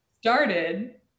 started